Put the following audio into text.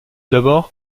d’abord